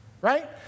right